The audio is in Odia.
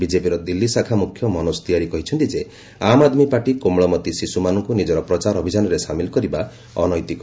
ବିଜେପିର ଦିଲ୍ଲୀ ଶାଖା ମୁଖ୍ୟ ମନୋଜ ତିୱାରୀ କହିଛନ୍ତି ଯେ ଆମ୍ ଆଦମୀ ପାର୍ଟି କୋମଳମତି ଶିଶୁମାନଙ୍କୁ ନିଜର ପ୍ରଚାର ଅଭିଯାନରେ ସାମିଲ କରିବା ଅନୈତିକ